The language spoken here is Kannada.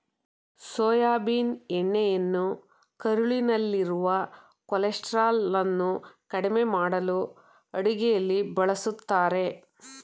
ಸೋಯಾಬೀನ್ ಎಣ್ಣೆಯನ್ನು ಕರುಳಿನಲ್ಲಿರುವ ಕೊಲೆಸ್ಟ್ರಾಲನ್ನು ಕಡಿಮೆ ಮಾಡಲು ಅಡುಗೆಯಲ್ಲಿ ಬಳ್ಸತ್ತರೆ